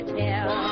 tell